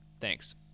Thanks